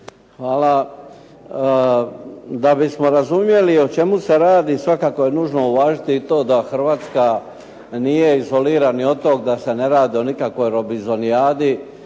Hvala. Da bismo razumjeli o čemu se radi svakako je nužno uvažiti i to da Hrvatska nije izolirani otok, da se ne radi o nikakvoj robizonijadi,